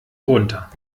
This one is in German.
runter